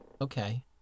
Okay